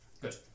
Good